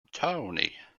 towne